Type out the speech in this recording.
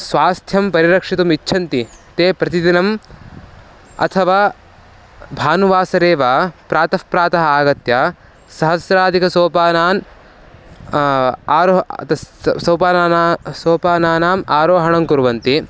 स्वास्थ्यं परिरक्षितुम् इच्छन्ति ते प्रतिदिनम् अथवा भानुवासरे एव प्रातः प्रातः आगत्य सहस्राधिकसोपानानि आरुह्य तस्य सोपानानां सोपानानाम् आरोहणं कुर्वन्ति